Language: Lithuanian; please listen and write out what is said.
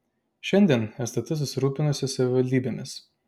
šiandien stt susirūpinusi savivaldybėmis